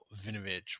vinovich